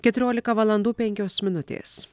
keturiolika valandų penkios minutės